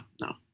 no